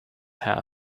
have